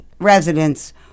residents